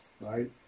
right